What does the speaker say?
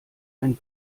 ein